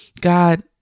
God